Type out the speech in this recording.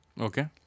Okay